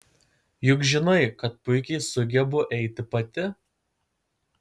juk žinai kad puikiai sugebu eiti pati